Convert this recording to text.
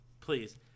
please